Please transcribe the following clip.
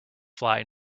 fly